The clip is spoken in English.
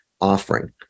offering